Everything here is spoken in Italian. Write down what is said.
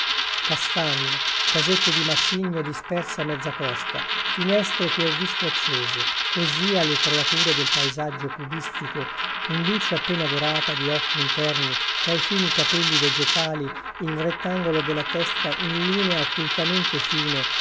castagno casette di macigno disperse a mezza costa finestre che ho visto accese così a le creature del paesaggio cubistico in luce appena dorata di occhi interni tra i fini capelli vegetali il rettangolo della testa in linea occultamente fine